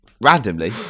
randomly